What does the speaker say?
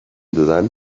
dudan